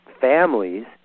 families